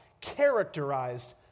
characterized